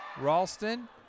Ralston